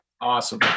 Awesome